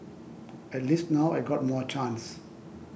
at least now I got more chance